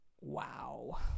wow